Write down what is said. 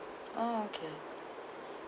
okay